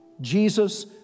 Jesus